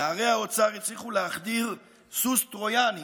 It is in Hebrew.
נערי האוצר הצליחו להחדיר סוס טרויאני